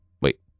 wait